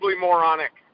moronic